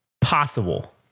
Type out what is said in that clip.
possible